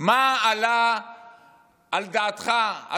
מה עלה על דעתך,